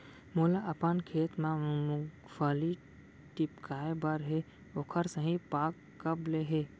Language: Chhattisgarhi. मोला अपन खेत म मूंगफली टिपकाय बर हे ओखर सही पाग कब ले हे?